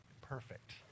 perfect